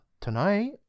tonight